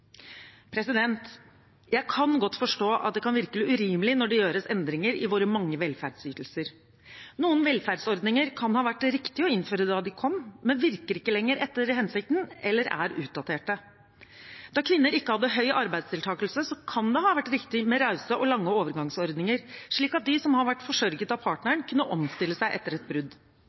Jeg kan godt forstå at det kan virke urimelig når det gjøres endringer i våre mange velferdsytelser. Noen velferdsordninger kan ha vært riktige å innføre da de kom, men virker ikke lenger etter hensikten eller er utdaterte. Da kvinner ikke hadde høy arbeidsdeltakelse, kan det ha vært riktig med rause og lange overgangsordninger, slik at de som har vært forsørget av partneren, kunne omstille seg etter et brudd.